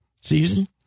season